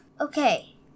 okay